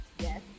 yes